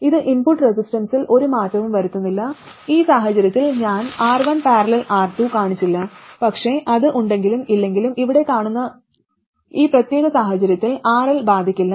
ഇത് ഇൻപുട്ട് റെസിസ്റ്റൻസിൽ ഒരു മാറ്റവും വരുത്തുന്നില്ല ഈ സാഹചര്യത്തിൽ ഞാൻ R1 || R2 കാണിച്ചില്ല പക്ഷേ അത് ഉണ്ടെങ്കിലും ഇല്ലെങ്കിലും ഇവിടെ കാണുന്ന ഈ പ്രത്യേക സാഹചര്യത്തിൽ RL ബാധിക്കില്ല